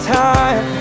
time